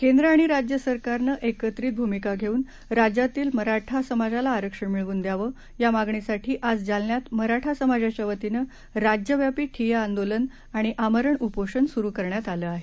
केंद्र आणि राज्य सरकारनं एकत्रित भूमिका घेऊन राज्यातील मराठा समाजाला आरक्षण मिळवून द्यावं या मागणीसाठी आज जालन्यात मराठा समाजाच्यावतीनं राज्यव्यापी ठिय्या आंदोलन आणि आमरण उपोषण सूरु करण्यात आलं आहे